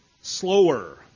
slower